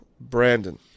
Brandon